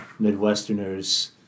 Midwesterners